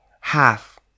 half